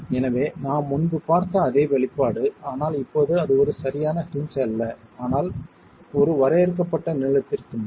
எனவே நாம் முன்பு பார்த்த அதே வெளிப்பாடு ஆனால் இப்போது அது ஒரு சரியான ஹின்ஜ் அல்ல ஆனால் ஒரு வரையறுக்கப்பட்ட நீளத்திற்கு மேல்